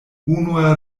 unua